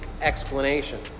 explanation